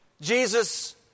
Jesus